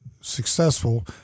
successful